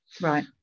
Right